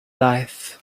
life